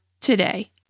today